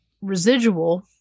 residual